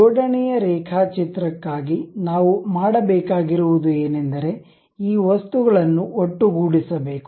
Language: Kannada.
ಜೋಡಣೆ ಯ ರೇಖಾಚಿತ್ರಕ್ಕಾಗಿ ನಾವು ಮಾಡಬೇಕಾಗಿರುವುದು ಏನೆಂದರೆ ಈ ವಸ್ತುಗಳನ್ನು ಒಟ್ಟುಗೂಡಿಸಬೇಕು